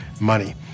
money